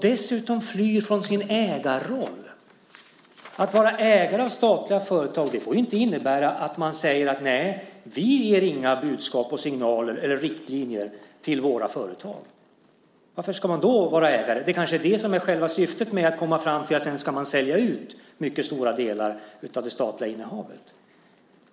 Dessutom flyr Maud Olofsson från sin ägarroll. Att vara ägare av statliga företag får inte innebära att man säger att man inte ger några budskap, signaler eller riktlinjer till företagen. Varför ska man då vara ägare? Det är kanske det som är själva syftet med att sedan komma fram till att man ska sälja ut stora delar av det statliga innehavet.